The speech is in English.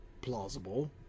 plausible